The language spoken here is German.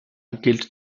gilt